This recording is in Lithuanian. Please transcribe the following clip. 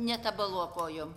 netabaluok kojom